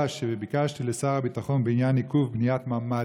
שביקשתי לשר הביטחון בעניין בניית ממ"דים,